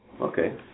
Okay